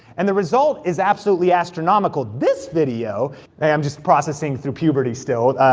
and the result is absolutely astronomical. this video, hey i'm just processing through puberty still.